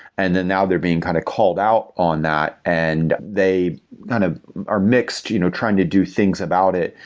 and then now they're being kind of called out on that and they kind of are mixed you know trying to do things about it,